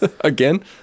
again